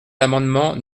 l’amendement